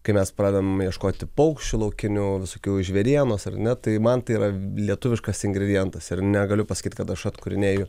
kai mes pradedam ieškoti paukščių laukinių visokių žvėrienos ar ne tai man tai yra lietuviškas ingredientas ir negaliu pasakyt kad aš atkūrinėju